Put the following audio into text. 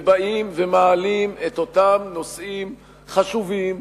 ובאים ומעלים את אותם נושאים חשובים,